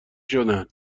شدن